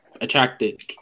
attracted